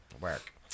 work